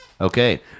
Okay